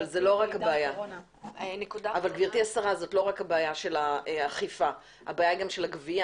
זאת לא רק הבעיה של האכיפה אלא הבעיה היא גם של הגבייה.